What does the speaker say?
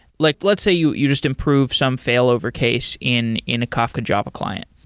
like let's say you you just improve some failover case in in a kafka java client.